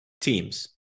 Teams